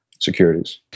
securities